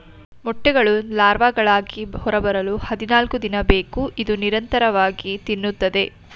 ಮೊಟ್ಟೆಗಳು ಲಾರ್ವಾಗಳಾಗಿ ಹೊರಬರಲು ಹದಿನಾಲ್ಕುದಿನ ಬೇಕು ಇದು ನಿರಂತರವಾಗಿ ತಿನ್ನುತ್ತದೆ